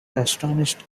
astonished